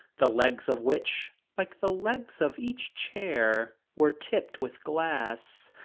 the legs of which, like the legs of each chair, were tipped with glass.